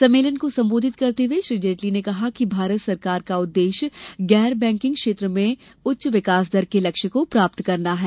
सम्मेलन को संबोधित करते हुए श्री जेटली ने कहा कि भारत सरकार का उद्देश्य गैर बैंकिंग क्षेत्र में उच्च विकास दर के लक्ष्य को प्राप्त करना है